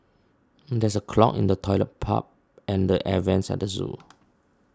there is a clog in the Toilet Pipe and the Air Vents at the zoo